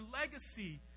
legacy